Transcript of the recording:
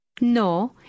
No